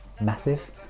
massive